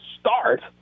start